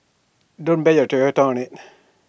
don't bet your Toyota on IT